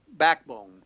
backbone